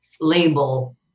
label